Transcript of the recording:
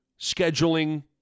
scheduling